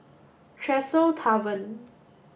Tresor Tavern